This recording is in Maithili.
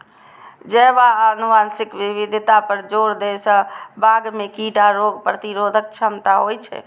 जैव आ आनुवंशिक विविधता पर जोर दै सं बाग मे कीट आ रोग प्रतिरोधक क्षमता होइ छै